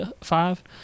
five